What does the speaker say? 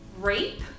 rape